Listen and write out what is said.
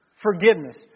forgiveness